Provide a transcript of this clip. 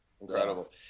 Incredible